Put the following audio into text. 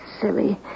silly